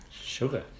Sugar